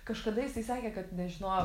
kažkada jisai sakė kad nežinojo